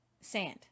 sand